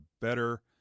better